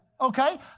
Okay